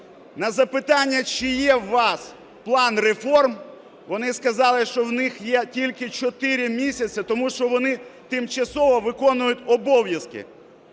На запитання: чи є у вас план реформ? Вони сказали, що в них є тільки чотири місяці, тому що вони тимчасово виконують обов'язки.